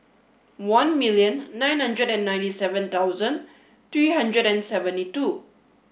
one million nine hundred and ninety seven thousand three hundred and seventy two